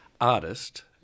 artist